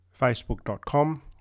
facebook.com